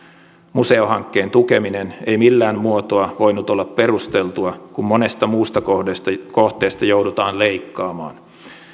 museohankkeen tukeminen ei millään muotoa voinut olla perusteltua kun monesta muusta kohteesta kohteesta joudutaan leikkaamaan